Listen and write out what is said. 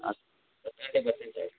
ಹತ್ತು ಗಂಟೆಗೆ ಬರ್ತೀನಿ ತಗೊಳ್ಳಿ